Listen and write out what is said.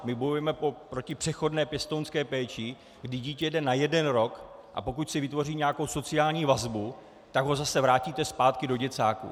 My bojujeme proti přechodné pěstounské péči, kdy dítě jde na jeden rok, a pokud si vytvoří nějakou sociální vazbu, tak ho zase vrátíte zpátky do děcáku.